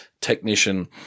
technician